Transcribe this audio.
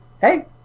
hey